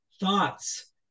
thoughts